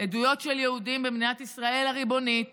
עדויות של יהודים במדינת ישראל הריבונית